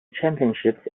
championships